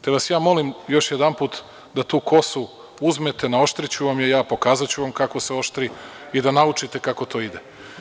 Te vas ja molim, još jedanput da tu kosu uzmete, naoštriću vam ja, pokazaću vam kako se oštri i da naučite kako to ide.